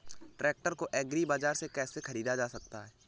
Tractor को agri बाजार से कैसे ख़रीदा जा सकता हैं?